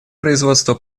производство